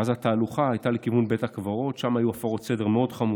ואז התהלוכה הייתה לכיוון בית הקברות ושם היו הפרות סדר מאוד חמורות,